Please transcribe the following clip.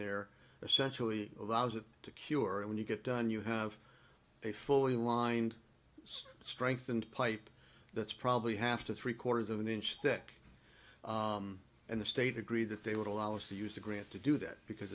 essentially allows it to cure and when you get done you have a fully lined strengthened pipe that's probably half to three quarters of an inch thick and the state agreed that they would allow us to use a grant to do that because